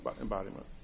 embodiment